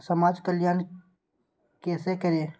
समाज कल्याण केसे करी?